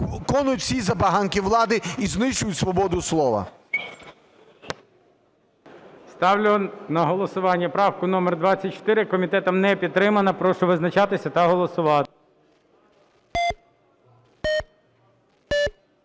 виконують всі забаганки влади і знищують свободу слова? ГОЛОВУЮЧИЙ. Ставлю на голосування правку номер 24. Комітетом не підтримана. Прошу визначатися та голосувати.